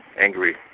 angry